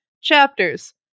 chapters